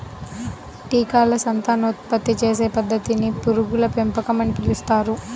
కీటకాల సంతానోత్పత్తి చేసే పద్ధతిని పురుగుల పెంపకం అని పిలుస్తారు